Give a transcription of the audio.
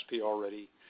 already